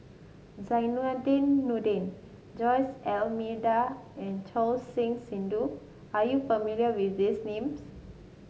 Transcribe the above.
Zainudin Nordin Jose D'Almeida and Choor Singh Sidhu are you not familiar with these names